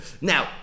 Now